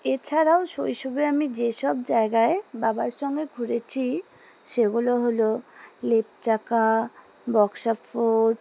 এছাড়াও শৈশবে আমি যেসব জায়গায় বাবার সঙ্গে ঘুরেছি সেগুলো হলো লেপচাকা বক্সা ফোর্ট